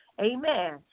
amen